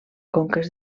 conques